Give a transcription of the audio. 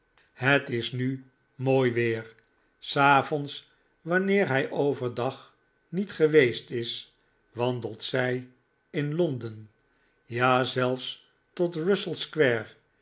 het is nu mooi weer s avonds wanneer hij over dag niet geweest is wandelt zij in londen ja zelfs tot russell square